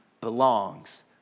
belongs